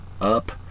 up